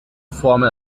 formel